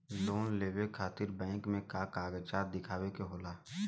Loan लेवे खातिर bank मे का कागजात दिखावे के होला?